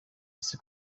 ese